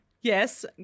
Yes